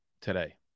Today